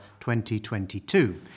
2022